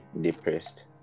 depressed